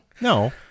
No